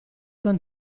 con